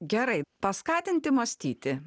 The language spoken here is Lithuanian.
gerai paskatinti mąstyti